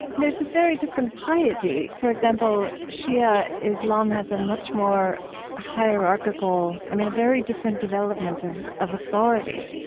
there's a very different piety. for example, shia islam has a much more hierarchical i mean, a very different development of of authority